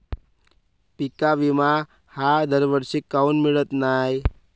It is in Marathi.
पिका विमा हा दरवर्षी काऊन मिळत न्हाई?